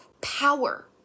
power